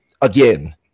again